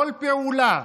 כל פעולה,